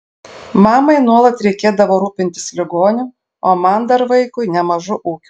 mamai nuolat reikėdavo rūpintis ligoniu o man dar vaikui nemažu ūkiu